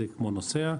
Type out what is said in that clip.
זה כמו נוסע,